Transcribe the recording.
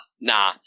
nah